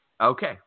Okay